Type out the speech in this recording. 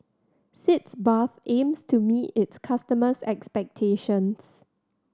Sitz Bath aims to meet its customers' expectations